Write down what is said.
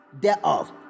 thereof